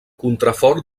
contrafort